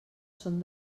són